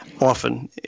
often